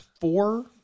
four